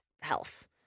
health